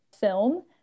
film